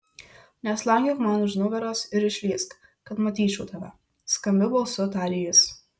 neslankiok man už nugaros ir išlįsk kad matyčiau tave skambiu balsu tarė jis